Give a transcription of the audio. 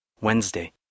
Wednesday